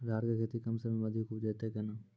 राहर की खेती कम समय मे अधिक उपजे तय केना?